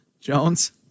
Jones